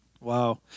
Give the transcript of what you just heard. Wow